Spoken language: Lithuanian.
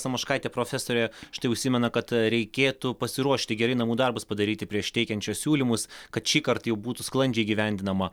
samoškaitė profesorė štai užsimena kad reikėtų pasiruošti gerai namų darbus padaryti prieš teikiant šiuos siūlymus kad šįkart jau būtų sklandžiai įgyvendinama